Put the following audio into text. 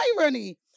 irony